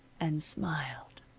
and smiled.